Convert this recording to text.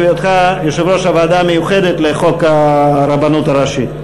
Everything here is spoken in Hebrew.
היותך יושב-ראש הוועדה המיוחדת לחוק הרבנות הראשית.